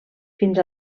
fins